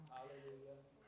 Hallelujah